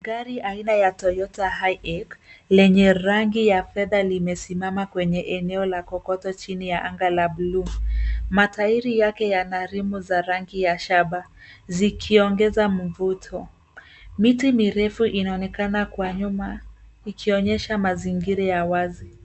Gari aina ya Toyota Hiace lenye rangi ya fedha limesimama kwenye eneo la kokoto chini ya anga la blue . Matairi yake yana rimu za rangi ya shaba zikiongeza mvuto. Miti mirefu inaonekana kwa nyuma ikionyesha mazingira ya wazi.